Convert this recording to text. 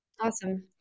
Awesome